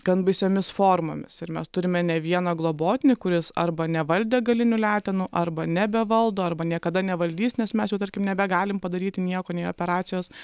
gan baisiomis formomis ir mes turime ne vieną globotinį kuris arba nevaldė galinių letenų arba nebevaldo arba niekada nevaldys nes mes jau tarkim nebegalim padaryti nieko nei operacijos